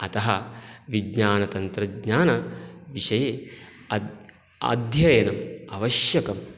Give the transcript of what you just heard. अतः विज्ञानतन्त्रज्ञानविषये अद् अध्ययनम् आवश्यकम्